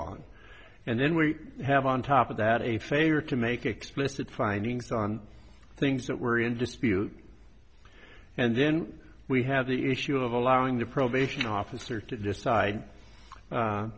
on and then we have on top of that a failure to make explicit findings on things that were in dispute and then we have the issue of allowing the probation officer to decide